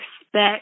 expect